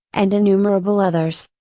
and innumerable others,